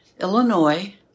Illinois